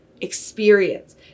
experience